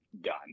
done